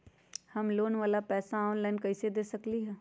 हम लोन वाला पैसा ऑनलाइन कईसे दे सकेलि ह?